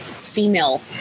female